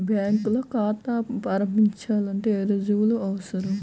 బ్యాంకులో ఖాతా ప్రారంభించాలంటే ఏ రుజువులు అవసరం?